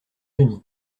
unis